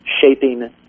shaping